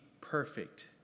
perfect